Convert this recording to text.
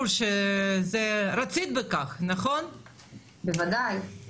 שנכון להיום,